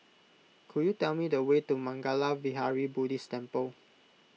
could you tell me the way to Mangala Vihara Buddhist Temple